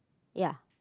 ya